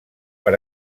per